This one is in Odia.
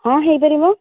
ହଁ ହୋଇପାରିବ